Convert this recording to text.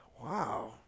wow